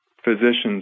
Physicians